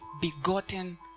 begotten